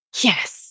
yes